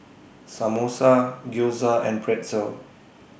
Samosa Gyoza and Pretzel